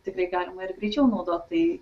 tikrai galima ir greičiau naudot tai